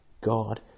God